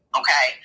okay